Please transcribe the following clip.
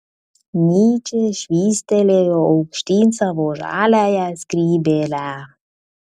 nyčė švystelėjo aukštyn savo žaliąją skrybėlę